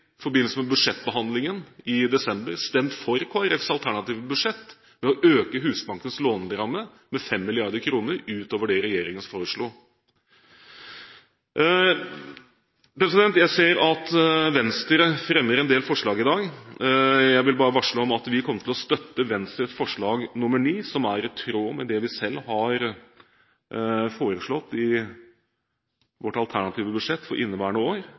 desember stemt for Kristelig Folkepartis alternative budsjett med å øke Husbankens låneramme med 5 mrd. kr utover det regjeringen foreslo. Jeg ser at Venstre fremmer en del forslag i dag. Jeg vil bare varsle om at vi kommer til å støtte Venstres forslag nr. 9, som er i tråd med det vi selv har foreslått i vårt alternative budsjett for inneværende år.